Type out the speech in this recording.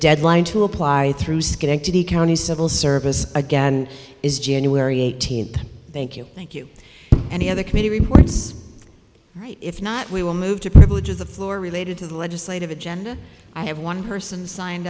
deadline to apply through schenectady county civil service again is january eighteenth thank you thank you and the other committee reports right if not we will move to privilege of the floor related to the legislative agenda i have one person signed